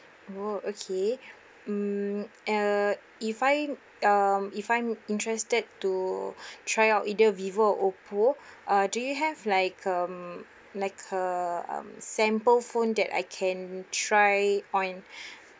oh okay mm uh if I'm um if I'm interested to try out either vivo or oppo uh do you have like um like a um sample phone that I can try on